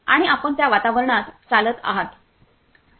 आणि आपण त्या वातावरणात चालत आहात